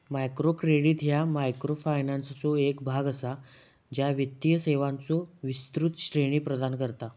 micro credit ह्या मायक्रोफायनान्सचो एक भाग असा, ज्या वित्तीय सेवांचो विस्तृत श्रेणी प्रदान करता